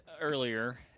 earlier